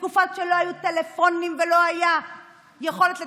בתקופות שלא היו טלפונים ולא הייתה יכולת לתקשר.